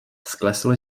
sklesl